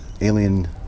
alien